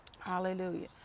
Hallelujah